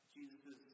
Jesus